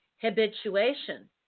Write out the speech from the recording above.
habituation